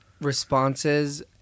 responses